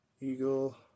Eagle